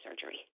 surgery